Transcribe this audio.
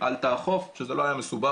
אל תאכוף, שזה לא היה מסובך.